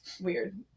weird